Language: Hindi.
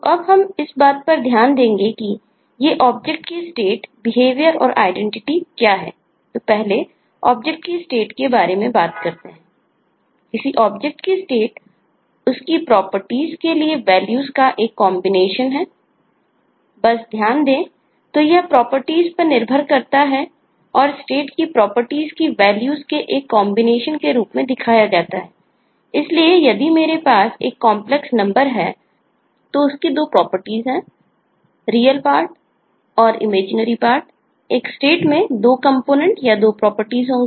तो अब हम इस बात पर ध्यान देंगे कि ये ऑब्जेक्ट होगी